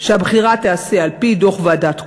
שהבחירה תיעשה על-פי דוח ועדת כהן,